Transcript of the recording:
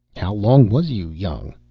how long was you young?